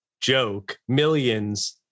joke—millions